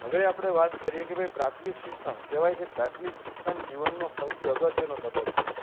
હવે આપણે વાત કરી કે પ્રાથમિક શિક્ષણ કહેવાય છે કે પ્રાથમિક શિક્ષણ જીવનનો સૌથી અગત્યનો તબક્કો છે